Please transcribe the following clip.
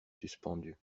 suspendue